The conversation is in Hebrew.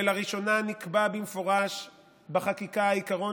ולראשונה נקבע במפורש בחקיקה העיקרון